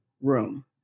room